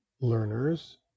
learners